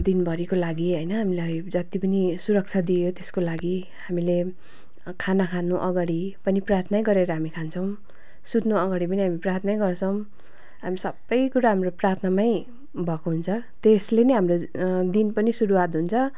दिनभरिको लागि होइन हामीलाई जति पनि सुरक्षा दियो त्यसको लागि हामीले खाना खानुअगाडि पनि प्रार्थनै गरेर हामी खान्छौँ सुत्नुअगाडि पनि हामी प्रार्थनै गर्छौँ हामी सबै कुरा हाम्रो प्रार्थनामै भएको हुन्छ त्यसले नै हाम्रो दिन पनि सुरुआत हुन्छ